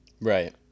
right